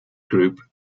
group